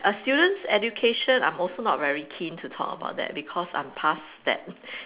err students education I'm also not very keen to talk about that cause I'm past that